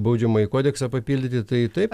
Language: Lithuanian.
baudžiamąjį kodeksą papildyti tai taip